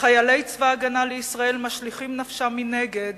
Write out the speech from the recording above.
וחיילי צבא-הגנה לישראל משליכים נפשם מנגד